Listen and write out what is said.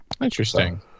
Interesting